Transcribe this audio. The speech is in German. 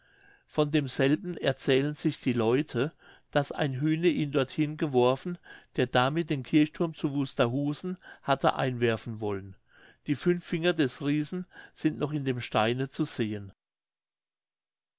von demselben erzählen sich die leute daß ein hühne ihn dorthin geworfen der damit den kirchthurm zu wusterhusen hatte einwerfen wollen die fünf finger des riesen sind noch in dem steine zu sehen